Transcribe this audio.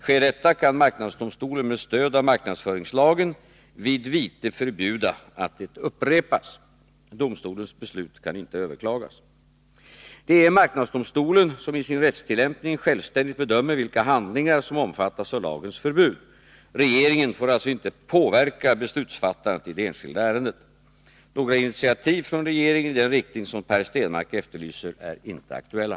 Sker detta, kan marknadsdomstolen med stöd av marknadsföringslagen vid vite förbjuda att det upprepas. Domstolens beslut kan inte överklagas. Det är marknadsdomstolen som i sin rättstillämpning självständigt bedömer vilka handlingar som omfattas av lagens förbud. Regeringen får alltså inte påverka beslutsfattandet i det enskilda ärendet. Några initiativ från regeringen i den riktning som Per Stenmarck efterlyser är inte aktuella.